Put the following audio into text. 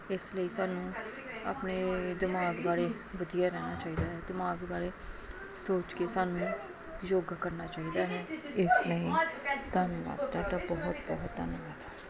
ਇਸ ਲਈ ਸਾਨੂੰ ਆਪਣੇ ਦਿਮਾਗ ਬਾਰੇ ਵਧੀਆ ਰਹਿਣਾ ਚਾਹੀਦਾ ਹੈ ਦਿਮਾਗ ਬਾਰੇ ਸੋਚ ਕੇ ਸਾਨੂੰ ਯੋਗਾ ਕਰਨਾ ਚਾਹੀਦਾ ਹੈ ਇਸ ਲਈ ਧੰਨਵਾਦ ਤੁਹਾਡਾ ਬਹੁਤ ਬਹੁਤ ਧੰਨਵਾਦ